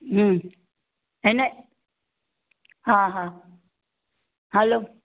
हम्म हिन हा हा हलो